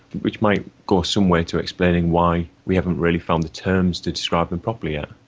which might go some way to explaining why we haven't really found the terms to describe them properly yet.